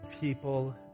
people